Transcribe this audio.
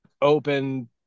open